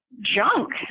junk